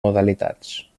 modalitats